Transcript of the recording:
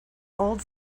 old